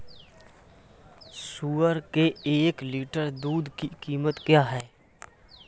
सुअर के एक लीटर दूध की कीमत क्या है?